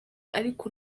ariko